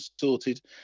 sorted